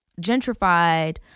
gentrified